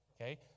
Okay